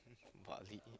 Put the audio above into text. Bali